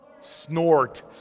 snort